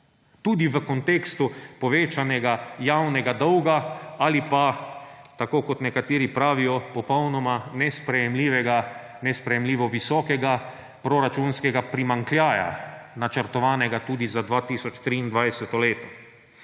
tudi v kontekstu povečanega javnega dolga ali pa, tako kot nekateri pravijo, popolnoma nesprejemljivega, nesprejemljivo visokega proračunskega primanjkljaja, načrtovanega tudi za 2023. leto.